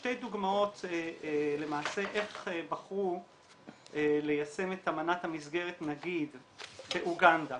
שתי דוגמאות איך בחרו ליישם את אמנת המסגרת נגיד באוגנדה.